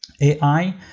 AI